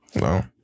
no